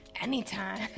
Anytime